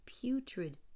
putrid